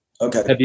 Okay